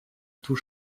tout